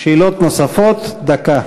שאלות נוספות, דקה.